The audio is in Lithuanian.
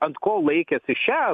ant ko laikėsi šią